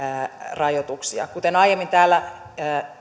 rajoituksia kuten aiemmin täällä